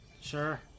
Sure